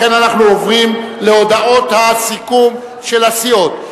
לכן אנחנו עוברים להודעות הסיכום של הסיעות.